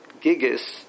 gigas